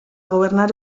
gobernar